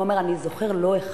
הוא אומר: אני זוכר לא אחד,